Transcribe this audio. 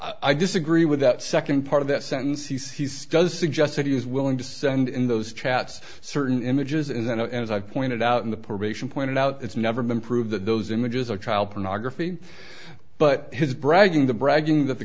i disagree with that second part of that sentence he does suggest that he is willing to send in those chats certain images and then as i've pointed out in the probation pointed out it's never been proved that those images are child pornography but his bragging the bragging that the